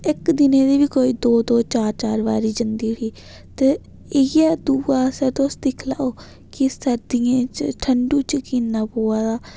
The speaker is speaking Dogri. इक दिनै दी बी कोई दो दो चार चार बारी जंदी उठी ते दूआ असर तुस दिक्खी लैओ कि सर्दियें च ठंडू च किन्ना पवा दा